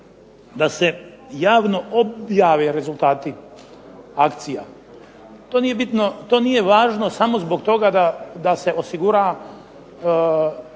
da se javno objave rezultati akcija. To nije bitno, to nije važno samo zbog toga da se osigura